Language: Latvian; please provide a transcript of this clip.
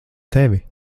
tevi